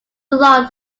along